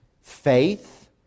faith